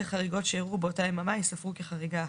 - חריגות שאירעו באותה יממה ייספרו כחריגה אחת".